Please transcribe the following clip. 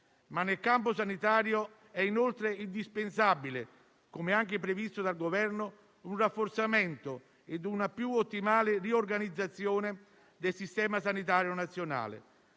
Nel campo sanitario sono inoltre indispensabili - come anche previsto dal Governo - un rafforzamento ed una più ottimale organizzazione del Sistema sanitario nazionale,